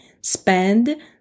spend